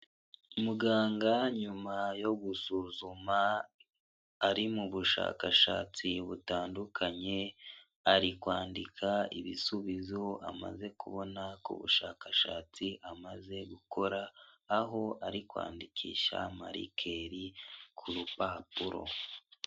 Muganga nyuma yo gusuzuma ari mu bushakashatsi butandukanye, ari kwandika ibisubizo amaze kubona ku bushakashatsi amaze gukora, aho ari kwandikisha marikeri ku rupapuro.